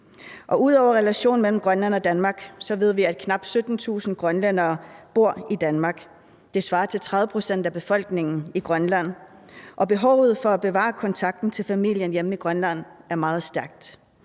den relation mellem Grønland og Danmark ved vi, at knap 17.000 grønlændere bor i Danmark. Det svarer til 30 pct. af befolkningen i Grønland, og behovet for at bevare kontakten til familien hjemme i Grønland er meget stort.